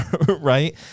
right